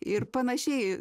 ir panašiai